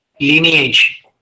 lineage